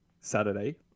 Saturday